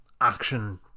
action